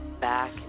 back